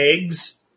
eggs